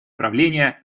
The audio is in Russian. правления